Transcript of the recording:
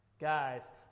guys